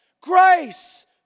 grace